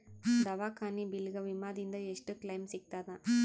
ದವಾಖಾನಿ ಬಿಲ್ ಗ ವಿಮಾ ದಿಂದ ಎಷ್ಟು ಕ್ಲೈಮ್ ಸಿಗತದ?